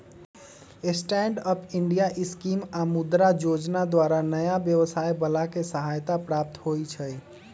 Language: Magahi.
स्टैंड अप इंडिया स्कीम आऽ मुद्रा जोजना द्वारा नयाँ व्यवसाय बला के सहायता प्राप्त होइ छइ